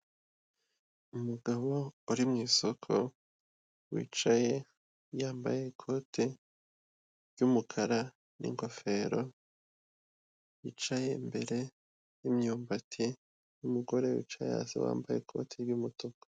Umugabo uri mwi isoko wicaye yambaye ikoti ry'umukara n'ingofero yicaye imbere y'imyumbati n'umugore wicaye hasi wambaye ikoti ry'umutuku.